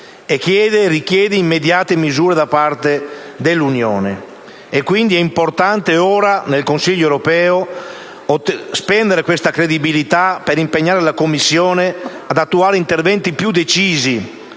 e richiede immediate misure da parte dell'Unione. È quindi importante spendere ora nel Consiglio europeo questa credibilità per impegnare la Commissione ad attuare interventi più decisi